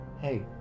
hey